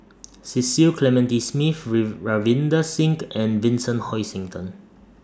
Cecil Clementi Smith Read Ravinder Singh and Vincent Hoisington